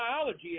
biology